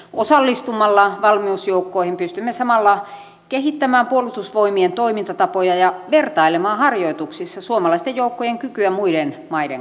osallistumalla valmiusjoukkoihin pystymme samalla kehittämään puolustusvoimien toimintatapoja ja vertailemaan harjoituksissa suomalaisten joukkojen kykyä muiden maiden kanssa